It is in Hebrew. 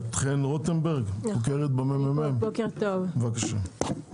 בת חן רוטנברג, חוקרת בממ"מ, בבקשה.